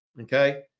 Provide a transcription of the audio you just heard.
Okay